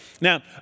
Now